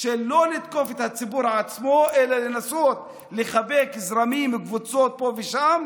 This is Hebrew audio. של לא לתקוף את הציבור עצמו אלא לנסות לחבק זרמים וקבוצות פה ושם.